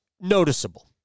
noticeable